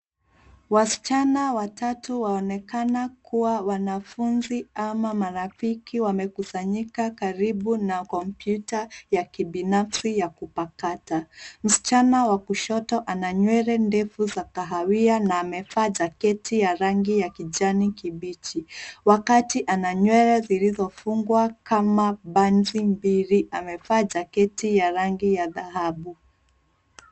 Wasichana watatu waonekana kuwa marafiki au wanafunzi wamekusanyika karibu na kompyuta ya kibinafsi ya kupakata. Msichana wa kushoto ana nywele ndefu za kahawia na amevaa jaketi ya rangi ya kijani kibichi. Wa kati ana nywele zilizofungwa kama banzi mbili amevaa jaketi ya yangi ya dhahabu.